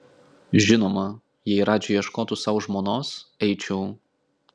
žinoma jei radži ieškotų sau žmonos eičiau